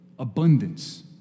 Abundance